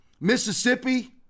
Mississippi